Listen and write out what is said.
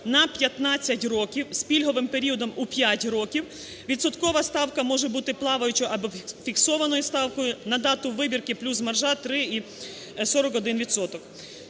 на 15 років з пільговим періодом у 5 років. Відсоткова ставка може бути плаваючою або фіксованою ставкою на дату вибірки, плюс маржа 3,41